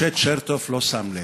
משה צ'רטוף לא שם לב.